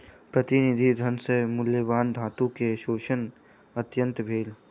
प्रतिनिधि धन सॅ मूल्यवान धातु के शोषणक अंत भेल